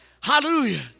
Hallelujah